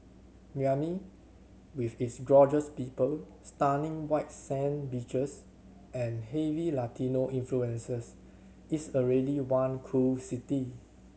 Miami with its gorgeous people stunning white sand beaches and heavy Latino influences is already one cool city